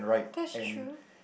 that's true